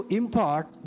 impart